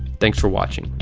thanks for watching,